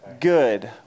good